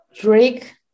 Drake